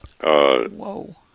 Whoa